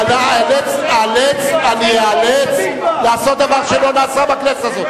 איאלץ לעשות דבר שלא נעשה בכנסת הזאת.